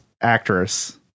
actress